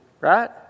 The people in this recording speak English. right